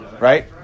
Right